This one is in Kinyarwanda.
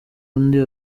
undi